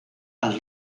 als